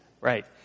Right